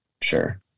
Sure